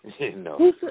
No